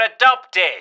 adopted